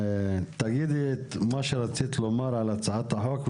תגידי מה שרצית לומר על הצעת החוק,